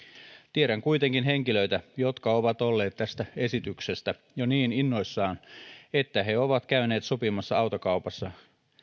tiedän kuitenkin henkilöitä jotka ovat olleet tästä esityksestä jo niin innoissaan että he ovat käyneet sopimassa autokaupassa